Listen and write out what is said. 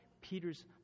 peter's